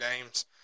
games